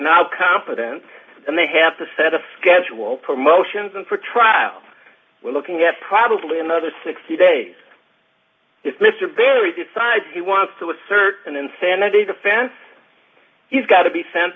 not competent and they have to set a schedule promotions and for trial we're looking at probably another sixty days if mr barry decides he wants to assert an insanity defense he's got to be sent